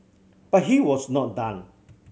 but he was not done